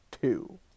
two